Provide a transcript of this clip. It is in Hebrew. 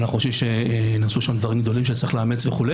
ואנחנו חושבים שנעשו שם דברים גדולים שצריך לאמץ וכו',